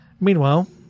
meanwhile